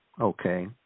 okay